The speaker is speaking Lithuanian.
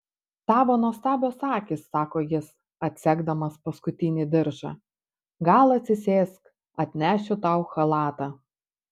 tavo nuostabios akys sako jis atsegdamas paskutinį diržą gal atsisėsk atnešiu tau chalatą